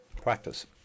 Practice